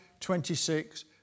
26